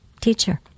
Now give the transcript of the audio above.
teacher